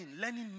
learning